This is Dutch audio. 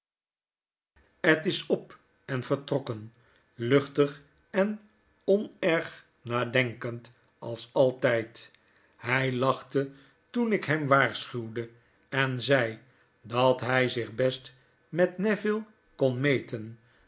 ed is op en vertrokken luchtig en